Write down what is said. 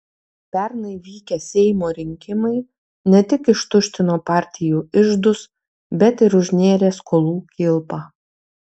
pernai vykę seimo rinkimai ne tik ištuštino partijų iždus bet ir užnėrė skolų kilpą